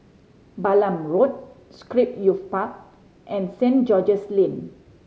Balam Road Scape Youth Park and Saint George's Lane